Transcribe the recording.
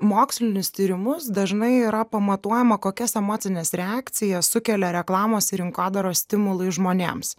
mokslinius tyrimus dažnai yra pamatuojama kokias emocines reakcijas sukelia reklamos ir rinkodaros stimulai žmonėms